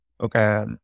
Okay